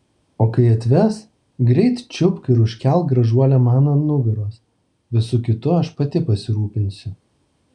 o kai atves greit čiupk ir užkelk gražuolę man ant nugaros visu kitu aš pati pasirūpinsiu